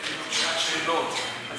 ביום שני אני פה, לשעת שאלות.